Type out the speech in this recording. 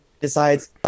decides